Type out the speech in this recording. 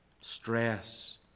Stress